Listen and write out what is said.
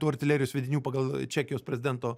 tų artilerijos sviedinių pagal čekijos prezidento